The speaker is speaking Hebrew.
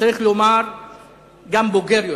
וצריך לומר גם בוגר יותר.